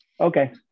okay